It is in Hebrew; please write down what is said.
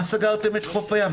מה סגרתם את חוף הים?